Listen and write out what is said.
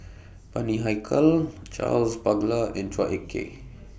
Bani Haykal Charles Paglar and Chua Ek Kay